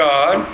God